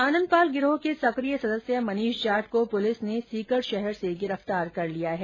आनंदपाल गिरोह के सकिय सदस्य मनीष जाट को पुलिस ने सीकर शहर से गिरफ्तार कर लिया है